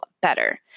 better